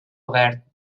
obert